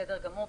בסדר גמור,